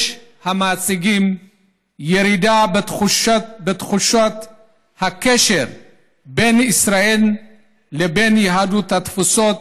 יש המציגים ירידה בתחושת הקשר בין ישראל לבין יהדות התפוצות